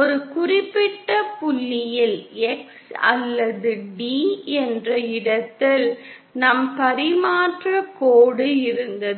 ஒரு குறிப்பிட்ட புள்ளியில் X அல்லது d என்ற இடத்தில் நம் பரிமாற்றக் கோடு இருந்தது